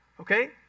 Okay